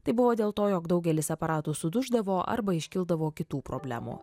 tai buvo dėl to jog daugelis aparatų suduždavo arba iškildavo kitų problemų